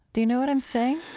do you know what i'm saying?